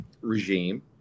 regime